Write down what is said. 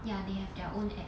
ya they have their own app~